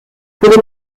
pour